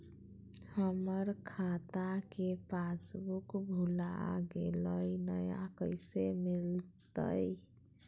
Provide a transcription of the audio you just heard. हमर खाता के पासबुक भुला गेलई, नया कैसे मिलतई?